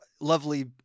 lovely